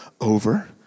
over